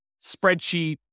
spreadsheet